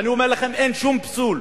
ואני אומר לכם: אין שום פסול.